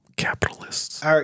Capitalists